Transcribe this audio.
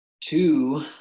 Two